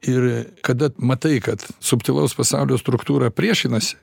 ir kada matai kad subtilaus pasaulio struktūra priešinasi